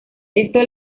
esto